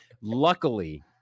Luckily